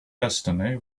destiny